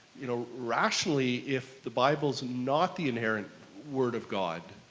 you know rationally, if the bible's not the inerrant word of god,